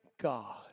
God